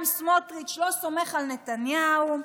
גם סמוטריץ' לא סומך על נתניהו,